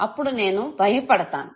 అప్పుడు నేను భయపడతాను